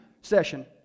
session